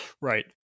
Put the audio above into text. right